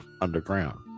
underground